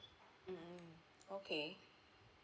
mm mm okay